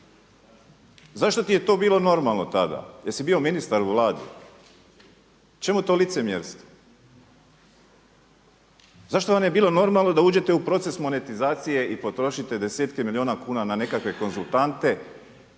zašto ti je to bilo normalno tada? Jer li bio ministar u Vladi? Čemu to licemjerstvo? Zašto vam je bilo normalno da uđete u proces monetizacije i potrošite 10-ke milijuna kuna na nekakve konzultante,